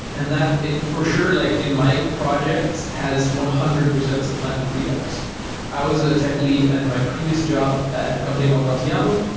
and that, for sure, like in my project has one hundred percent supplanted redux i was a tech lead at my previous job at a company called contiamo,